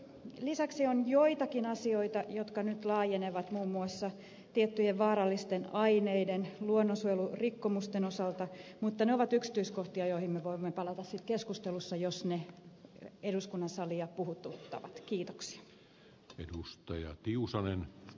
lisäksi on joitakin asioita jotka nyt laajenevat muun muassa tiettyjen vaarallisten aineiden luonnonsuojelurikkomusten osalta mutta ne ovat yksityiskohtia joihin me voimme palata sitten keskustelussa jos ne eduskunnan salia puhututtavat